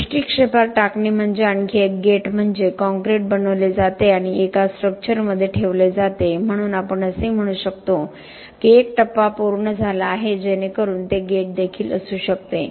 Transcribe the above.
दृष्टीक्षेपात टाकणे म्हणजे आणखी एक गेट म्हणजे काँक्रीट बनवले जाते आणि एका स्ट्रक्चरमध्ये ठेवले जाते म्हणून आपण असे म्हणू शकतो की एक टप्पा पूर्ण झाला आहे जेणेकरून ते गेट देखील असू शकते